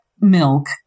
milk